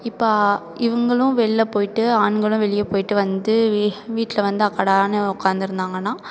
இப்போ இவங்களும் வெளில போய்ட்டு ஆண்களும் வெளியே போய்ட்டு வந்து வீட்டில் வந்து அக்கடானு உட்காந்து இருந்தாங்கன்னா